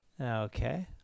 Okay